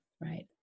Right